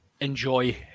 Enjoy